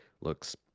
Looks